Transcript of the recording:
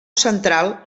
central